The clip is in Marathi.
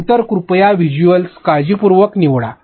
नंतर कृपया व्हिज्युअल काळजीपूर्वक निवडा